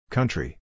Country